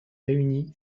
réunie